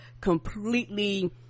completely